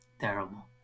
Terrible